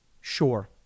Sure